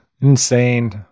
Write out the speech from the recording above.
Insane